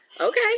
Okay